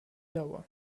lauer